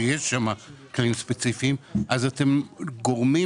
שיש שם כללים ספציפיים אז אתם גורמים